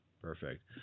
perfect